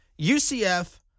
UCF